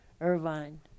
Irvine